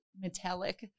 metallic